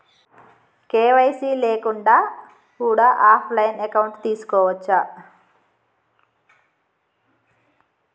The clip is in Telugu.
కే.వై.సీ లేకుండా కూడా ఆఫ్ లైన్ అకౌంట్ తీసుకోవచ్చా?